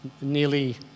nearly